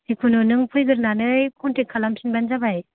जिखुनु नों फैगोरनानै खनथेक खालाम फिनबानो जाबाय